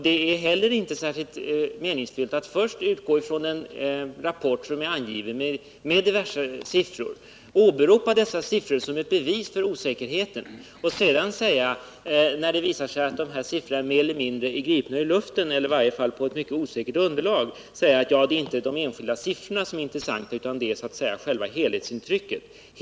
Det är heller inte särskilt meningsfyllt att först utgå från en rapport med diverse siffror som är angivna, därefter åberopa dessa siffror som ett bevis på osäkerheten och sedan, när det visar sig att dessa siffror mer eller mindre är gripna ur luften eller i varje fall vilar på ett mycket osäkert underlag, säga att det inte är de enskilda siffrorna som är intressanta utan det är så att säga själva helhetsintrycket.